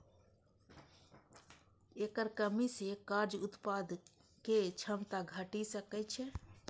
एकर कमी सं कार्य उत्पादक क्षमता घटि सकै छै